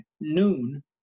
noon